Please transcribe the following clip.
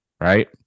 Right